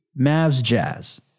Mavs-Jazz